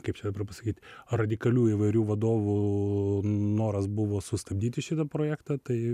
kaip čia pasakyt radikalių įvairių vadovų noras buvo sustabdyti šitą projektą tai